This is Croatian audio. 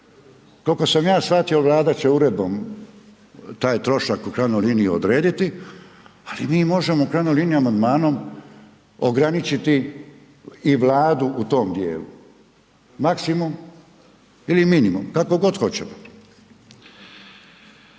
Koliko sam ja shvatio, Vlada će uredbom taj trošak u krajnjoj liniji odrediti, ali mi možemo u krajnjoj liniji, amandmanom ograničiti i Vladu u tom dijelu, maksimum ili minimum, kako god hoćemo.